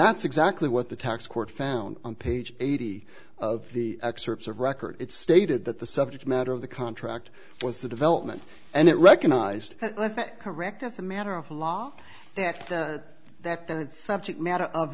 that's exactly what the tax court found on page eighty of the excerpts of record it stated that the subject matter of the contract with the development and it recognized that correct it's a matter of law that the subject matter of